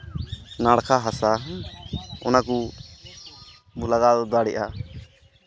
ᱱᱟᱲᱠᱟ ᱦᱟᱥᱟ ᱚᱱᱟ ᱠᱚ ᱵᱚ ᱞᱟᱜᱟᱣ ᱫᱟᱲᱮᱭᱟᱜᱼᱟ